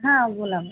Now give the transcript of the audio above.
हां बोला